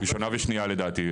ראשונה ושנייה לדעתי,